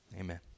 Amen